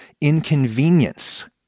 inconvenience